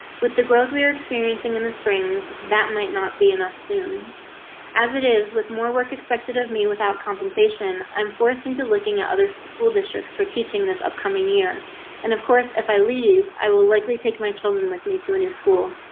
with the growth we are experiencing in the springs that might not be enough soon as it is with more work expected of me without compensation, i'm forced into looking at other school districts for teaching this upcoming year. and of course if i leave i will likely take my children with me to a new school.